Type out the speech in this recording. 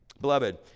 Beloved